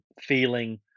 feeling